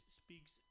speaks